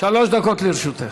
שלוש דקות לרשותך.